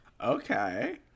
Okay